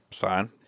Fine